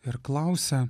ir klausia